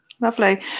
Lovely